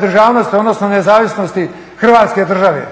državnosti, odnosno Dan nezavisnosti Hrvatske države.